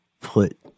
put